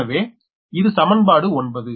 எனவே இது சமன்பாடு 9